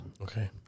Okay